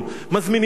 מזמינים אותם,